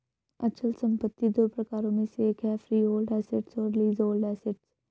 अचल संपत्ति दो प्रकारों में से एक है फ्रीहोल्ड एसेट्स और लीजहोल्ड एसेट्स